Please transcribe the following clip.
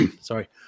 Sorry